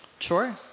Sure